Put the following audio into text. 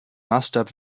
maßstab